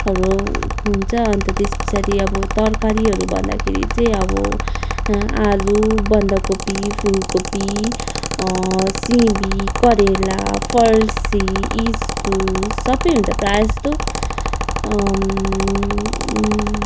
हरू हुन्छ अन्त त्यसपछाडि अब तरकारीहरू भन्दाखेरि चाहिँ अब आलु बन्दकोपी फुलकोपी सिबी करेला फर्सी इस्कुस सबै हुन्छ प्रायः यस्तो